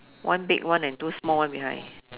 one big one and two small one behind